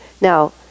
Now